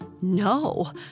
No